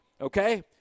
Okay